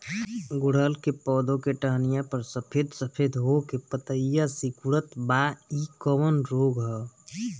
गुड़हल के पधौ के टहनियाँ पर सफेद सफेद हो के पतईया सुकुड़त बा इ कवन रोग ह?